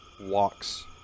walks